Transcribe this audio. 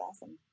awesome